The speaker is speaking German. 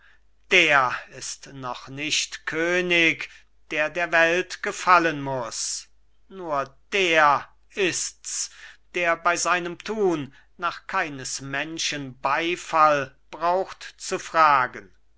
der ist noch nicht könig der der welt gefallen muß nur der ist's der bei seinem tun nach keines menschen beifall braucht zu fragen